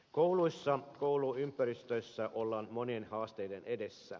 kouluissa kouluympäristössä ollaan monien haasteiden edessä